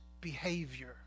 behavior